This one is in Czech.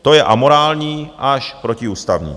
To je amorální až protiústavní.